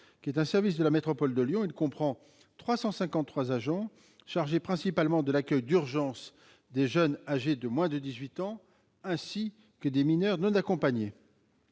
l'IDEF, un service de la métropole de Lyon qui comprend 353 agents, chargés principalement de l'accueil d'urgence des jeunes âgés de moins de 18 ans et des mineurs non accompagnés.